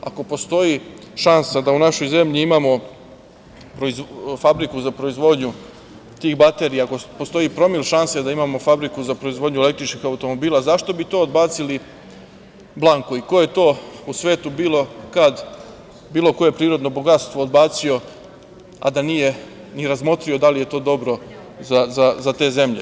Ako postoji šansa da u našoj zemlji imao fabriku za proizvodnju tih baterija i ako postoji promil šanse da imamo fabriku za proizvodnju električnih automobila, zašto bi to odbacili blanko i ko je to u svetu, bilo kad bilo koje prirodno bogatstvo odbacio, a da nije ni razmotrio da li je to dobro za te zemlje.